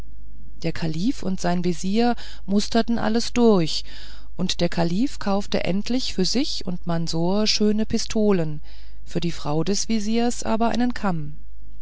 der kalif und sein vezier musterten alles durch und der kalif kaufte endlich für sich und mansor schöne pistolen für die frau des veziers aber einen kamm